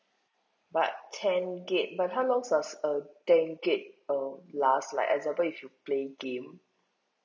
but ten gig but how long does a ten gig um last like example if you play game